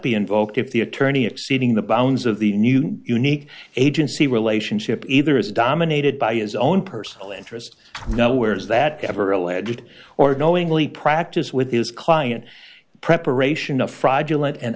be invoked if the attorney exceeding the bounds of the new unique agency relationship either is dominated by his own personal interest nowheres that ever alleged or knowingly practice with his client preparation a fragile and